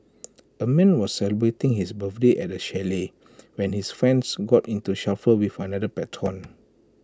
A man was celebrating his birthday at A chalet when his friends got into shuffle with another patron